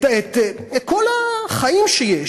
את כל החיים שיש,